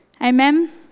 Amen